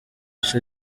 ico